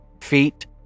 feet